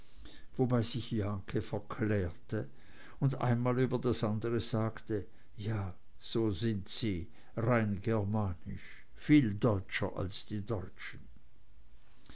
wobei sich jahnke verklärte und einmal über das andere sagte ja so sind sie rein germanisch viel deutscher als die deutschen